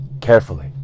Carefully